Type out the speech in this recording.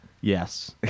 Yes